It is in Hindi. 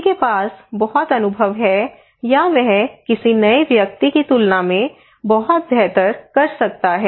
किसी के पास बहुत अनुभव है या वह किसी नए व्यक्ति की तुलना में बहुत बेहतर कर सकता है